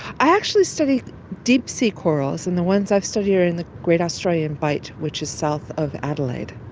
i actually study deep sea corals, and the ones i've studied are in the great australian bight which is south of adelaide.